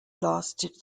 lasted